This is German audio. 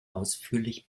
ausführlich